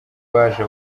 rwaje